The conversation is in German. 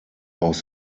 aus